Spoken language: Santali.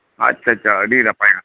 ᱟᱪᱷᱟ ᱟᱪᱷᱟ ᱟᱹᱰᱤ ᱱᱟᱯᱟᱭ ᱠᱟᱛᱷᱟ